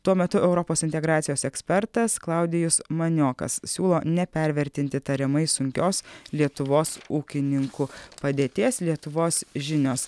tuo metu europos integracijos ekspertas klaudijus maniokas siūlo nepervertinti tariamai sunkios lietuvos ūkininkų padėties lietuvos žinios